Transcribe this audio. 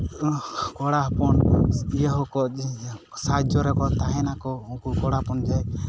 ᱠᱚᱲᱟ ᱦᱚᱯᱚᱱ ᱡᱟᱭᱦᱳᱠ ᱥᱟᱦᱟᱡᱽᱡᱚ ᱨᱮᱠᱚ ᱛᱟᱦᱮᱸ ᱱᱟᱠᱚ ᱩᱱᱠᱩ ᱠᱚᱲᱟ ᱦᱚᱯᱚᱱ ᱜᱮ